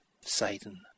Satan